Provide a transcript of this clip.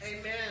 Amen